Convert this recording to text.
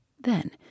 Then